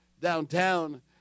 downtown